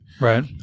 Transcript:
Right